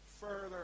further